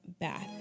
back